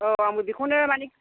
औ आंबो बेखौनो माने